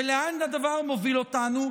לאן הדבר מוביל אותנו?